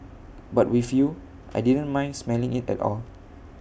but with you I didn't mind smelling IT at all